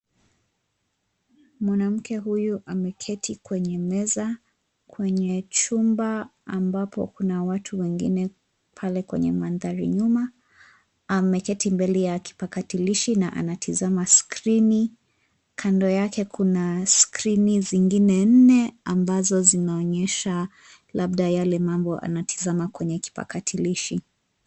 Mwanamke huyu ameketi kwenye meza kwenye chumba ambapo kuna watu wengine pale kwenye mandhari nyuma. Ameketi mbele ya kipakatalishi na anatazama skrini, kando yake kuna skrini zingine nne ambazo zinaonyesha labda yale mambo anatazama kwenye kipakatalishi.